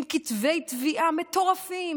עם כתבי תביעה מטורפים,